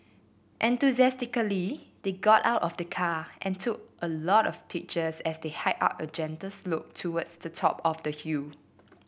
enthusiastically they got out of the car and took a lot of pictures as they hiked up a gentle slope towards the top of the hill